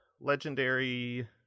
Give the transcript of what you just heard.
Legendary